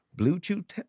Bluetooth